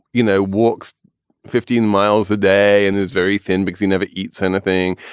you know, walks fifteen miles a day and is very thin because you never eats anything.